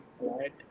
Right